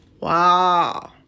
Wow